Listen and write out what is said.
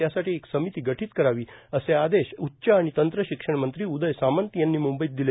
त्यासाठी एक समिती गठीत करावी असे आदेश उच्च आणि तंत्रशिक्षण मंत्री उदय सामंत यांनी मंंबईत दिले